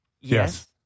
Yes